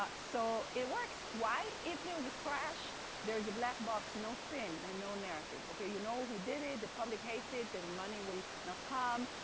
ah so, it works. why? if there was a crash there is a black box, no spin, and no narrative, okay? you know who did it, the public hates it, the money will not come.